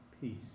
peace